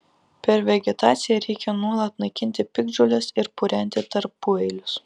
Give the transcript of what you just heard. per vegetaciją reikia nuolat naikinti piktžoles ir purenti tarpueilius